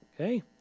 Okay